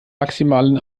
maximalen